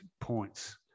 points